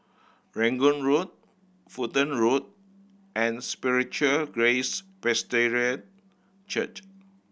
Rangoon Road Fulton Road and Spiritual Grace Presbyterian Church